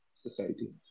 society